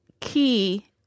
key